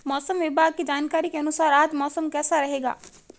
मौसम विभाग की जानकारी के अनुसार आज मौसम कैसा रहेगा?